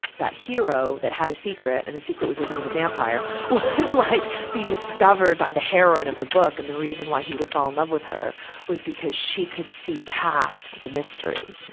that hero that had a secret, and the secret was that he was a vampire, would like be discovered by the heroine of the book. and the reason why he would fall in love with her was because she could see past the mystery.